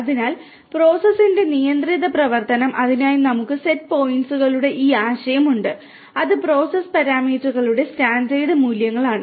അതിനാൽ പ്രോസസ്സിന്റെ നിയന്ത്രിത പ്രവർത്തനം അതിനായി നമുക്ക് സെറ്റ് പോയിന്റുകളുടെ ഈ ആശയം ഉണ്ട് അത് പ്രോസസ് പാരാമീറ്ററുകളുടെ സ്റ്റാൻഡേർഡ് മൂല്യങ്ങളാണ്